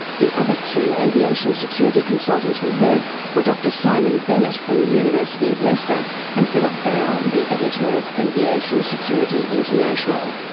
the other two aviation security consultants we heard were dr simon bennett from the university of leicester and philip baum, the editor of aviation security international.